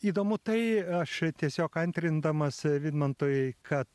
įdomu tai aš tiesiog antrindamas vidmantui kad